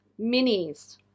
minis